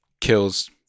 kills